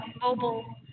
mobile